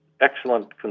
excellent